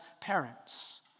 parents